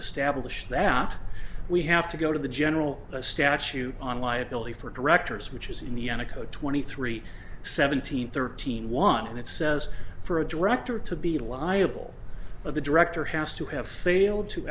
establish that we have to go to the general a statute on liability for directors which is in the end a code twenty three seventeen thirteen one and it says for a director to be liable of the director has to have failed to